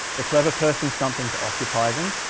the clever persons something to occupy them,